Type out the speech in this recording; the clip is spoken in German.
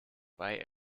bei